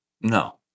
No